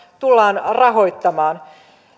tullaan rahoittamaan